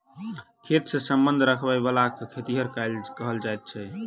खेत सॅ संबंध राखयबला के खेतिहर कहल जाइत अछि